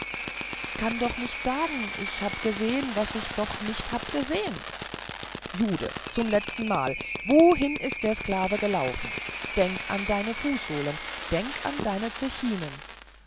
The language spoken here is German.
kann ich doch nicht sagen ich habe gesehen was ich doch nicht hab gesehen jude zum letzten male wohin ist der sklave gelaufen denk an deine fußsohlen denk an deine